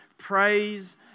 Praise